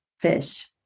fish